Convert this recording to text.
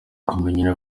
amenyera